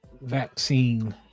vaccine